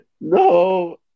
No